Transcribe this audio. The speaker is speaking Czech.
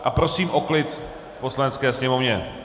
A prosím o klid v Poslanecké sněmovně.